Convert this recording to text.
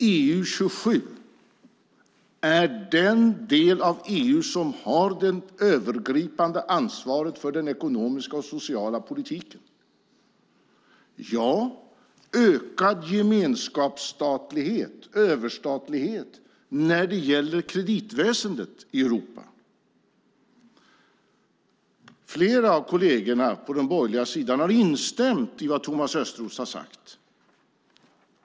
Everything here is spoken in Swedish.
EU 27 är den del av EU som har det övergripande ansvaret för den ekonomiska och sociala politiken, ja, ökad gemenskapsstatlighet, överstatlighet när det gäller kreditväsendet i Europa. Flera av kollegerna på den borgerliga sidan har instämt i vad Thomas Östros har sagt.